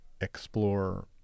explore